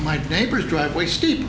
my neighbor's driveway steep